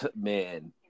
man